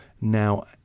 now